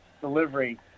delivery